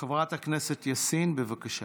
חברת הכנסת יאסין, בבקשה.